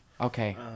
Okay